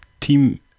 team